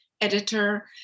editor